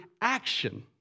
action